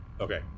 Okay